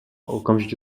okamžitě